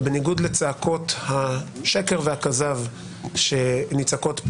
ובניגוד לצעקות השקר והכזב שנצעקות פה